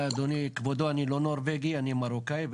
אדוני, כבודו אני לא נורווגי, אני מרוקאי.